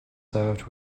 served